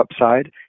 upside